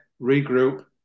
regroup